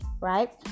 right